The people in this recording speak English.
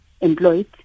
employed